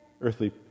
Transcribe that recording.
earthly